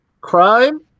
crime